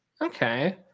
Okay